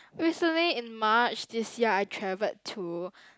recently in March this year I traveled to